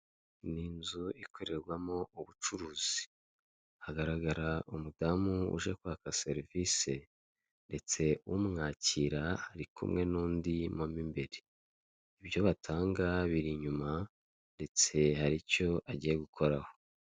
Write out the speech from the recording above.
Ni inzu ikorerwamo ubucuruzi. Hagaragara umudamu uje kwaka serivise, ndetse umwakira ari kumwe n'undi mo mo imbere. Ibyo batanga biri inyuma, ndetse hari icyo agiye gukoraho.